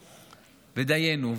דיינו.